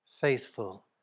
faithful